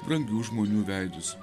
brangių žmonių veidus